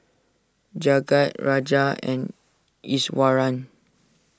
Jagat Raja and Iswaran